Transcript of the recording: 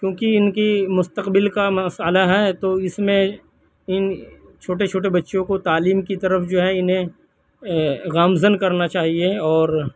کیوںکہ ان کی مستقبل کا مسئلہ ہے تو اس میں ان چھوٹے چھوٹے بچوں کو تعلیم کی طرف جو ہے انہیں گامزن کرنا چاہیے اور